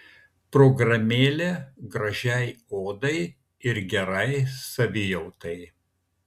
programėlė gražiai odai ir gerai savijautai